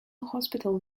hospital